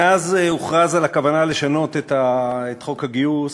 מאז הוכרז על הכוונה לשנות את חוק הגיוס,